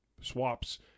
swaps